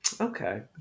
Okay